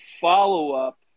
follow-up